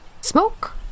Smoke